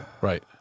Right